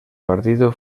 partido